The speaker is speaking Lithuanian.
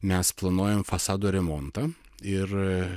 mes planuojam fasado remontą ir